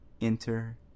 enter